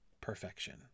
perfection